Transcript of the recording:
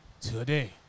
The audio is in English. today